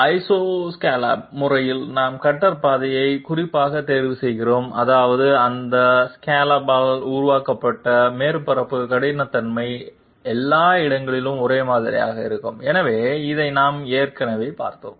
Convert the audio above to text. ஐசோஸ்காலப் முறையில் நாம் கட்டர் பாதையை குறிப்பாக தேர்வு செய்கிறோம் அதாவது அந்த ஸ்காலப்ஸால் உருவாக்கப்பட்ட மேற்பரப்பு கடினத்தன்மை எல்லா இடங்களிலும் ஒரே மாதிரியாக இருக்கும் எனவே இதை நாம் ஏற்கனவே பார்த்தோம்